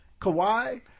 Kawhi